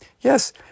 Yes